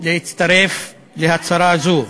להצטרף להצהרה זו.